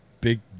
big